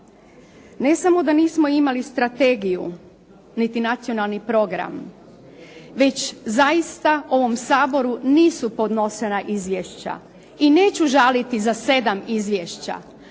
Ne samo da nismo imali strategiju niti nacionalni program već zaista ovom Saboru nisu podnošena izvješća i neću žaliti za 7 izvješća.